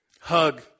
Hug